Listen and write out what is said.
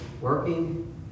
working